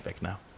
now